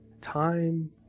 time